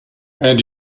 and